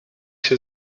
się